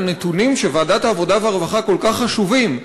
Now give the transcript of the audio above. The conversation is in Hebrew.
הנתונים של ועדת העבודה והרווחה כל כך חשובים,